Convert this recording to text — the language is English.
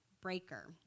breaker